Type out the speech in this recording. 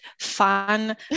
fun